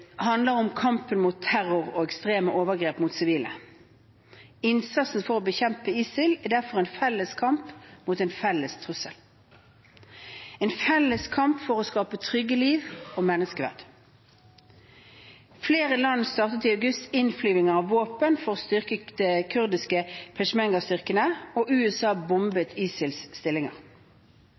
handler om kampen mot terror og ekstreme overgrep mot sivile. Innsatsen for å bekjempe ISIL er derfor en felles kamp mot en felles trussel – en felles kamp for å skape trygge liv og menneskeverd. Flere land startet i august innflyging av våpen for å styrke de kurdiske peshmerga-styrkene, og USA bombet